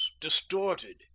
distorted